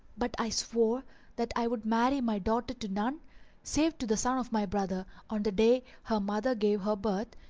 but i swore that i would marry my daughter to none save to the son of my brother on the day her mother gave her birth,